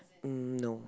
mm no